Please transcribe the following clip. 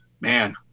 man